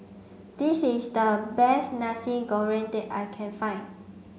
this is the best Nasi Goreng that I can find